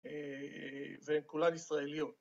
והם כולם ישראליות.